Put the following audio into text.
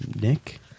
Nick